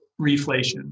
reflation